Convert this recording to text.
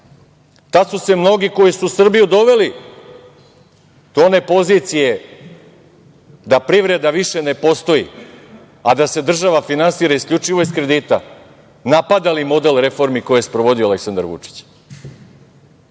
Tada su se mnogi koji su Srbiju doveli do one pozicije da privreda više ne postoji, a da se država finansira isključivo iz kredita, napadali model reformi koje je sprovodio Aleksandar Vučić. Nisu